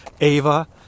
Ava